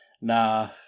Nah